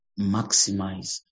maximize